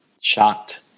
Shocked